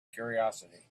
curiosity